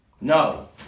No